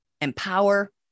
empower